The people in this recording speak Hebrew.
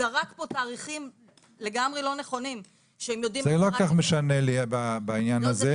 זרק פה תאריכים לגמרי לא נכונים --- זה לא כל כך משנה לי בעניין הזה.